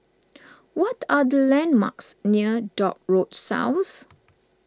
what are the landmarks near Dock Road South